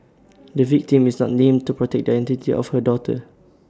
the victim is not named to protect the identity of her daughter